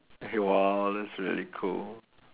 okay !wah! that's really cool